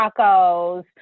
tacos